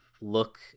look